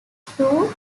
two